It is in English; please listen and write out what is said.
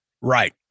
Right